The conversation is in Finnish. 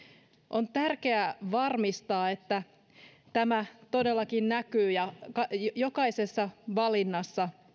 on tärkeää varmistaa että tämä todellakin näkyy jokaisessa valinnassa